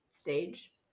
stage